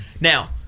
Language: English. now